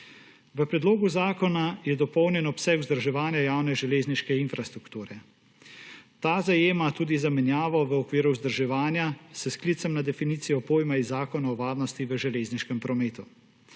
V predlogu zakona je dopolnjen obseg vzdrževanja javne železniške infrastrukture. Ta zajema tudi zamenjavo v okviru vzdrževanja s sklicem na definicijo pojma iz Zakona o varnosti v železniškem prometu.